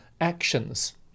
actions